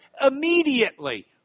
immediately